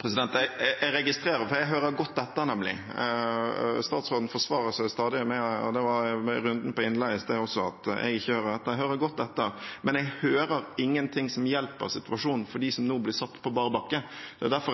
til oppfølgingsspørsmål. Jeg registrerer – for jeg hører nemlig godt etter – at statsråden stadig forsvarer seg med, også i runden om innleie i sted, at jeg ikke hører etter. Jeg hører godt etter, men jeg hører ingenting som hjelper på situasjonen for dem som nå blir satt på bar bakke. Det er derfor